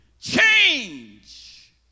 Change